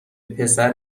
پسر